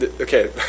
okay